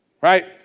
Right